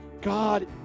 God